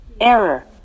Error